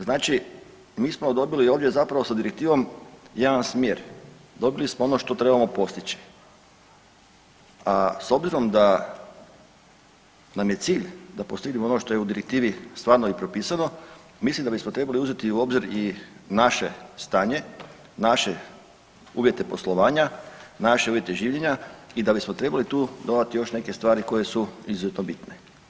Znači mi smo dobili ovdje zapravo sa direktivom jedan smjer, dobili smo ono što trebamo postići, a s obzirom da nam je cilj da postignemo ono što je u direktivi stvarno i propisano mislim da bismo trebali uzeti u obzir i naše stanje, naše uvjete poslovanja, naše uvjete življenja i da bismo trebali tu dodati još neke stvari koje su izuzetno bitne.